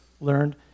learned